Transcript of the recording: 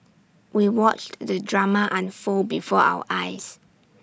we watched the drama unfold before our eyes